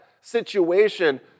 situation